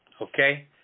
okay